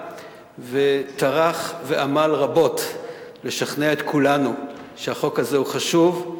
וטרח ועמל רבות לשכנע את כולנו שהחוק הזה חשוב.